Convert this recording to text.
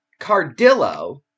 Cardillo